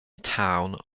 town